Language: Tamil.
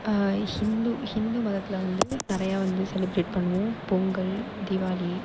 ஹிந்து ஹிந்து மதத்தில் வந்து நிறைய வந்து செலிப்ரேட் பண்ணுவோம் பொங்கல் தீபாளி